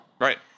Right